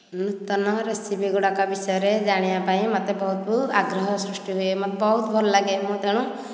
ନୂତନ ରେସିପି ଗୁଡ଼ାକ ବିଷୟରେ ଜାଣିବା ପାଇଁ ମୋତେ ବହୁତ ଆଗ୍ରହ ସୃଷ୍ଟି ହୁଏ ମୋତେ ବହୁତ ଭଲ ଲାଗେ ତେଣୁ